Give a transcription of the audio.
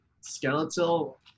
skeletal